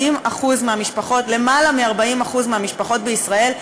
למעלה מ-40% מהמשפחות בישראל,